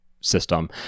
system